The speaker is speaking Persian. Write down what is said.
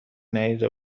ندیده